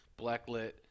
blacklit